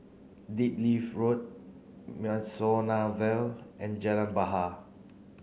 Road Mimosa Vale and Jalan Bahar